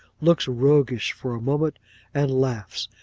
looks roguish for a moment and laughs,